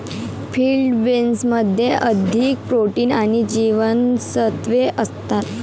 field बीन्समध्ये अधिक protein आणि जीवनसत्त्वे असतात